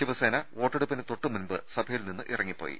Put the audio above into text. ശിവസേന വോട്ടെടുപ്പിന് തൊട്ടുമുമ്പ് സഭ യിൽ നിന്ന് ഇറങ്ങിപ്പോയി